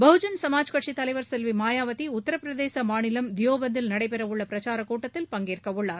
பகுஜன் சமாஜ்கட்சித்தலைவர் செல்வி மாயாவதி உத்தரப்பிரதேச மாநிலம் தியோபந்தில் நடைபெறவுள்ள பிரச்சாரக்கூட்டத்தில் பங்கேற்கவுள்ளார்